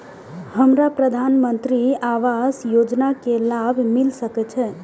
हमरा प्रधानमंत्री आवास योजना के लाभ मिल सके छे?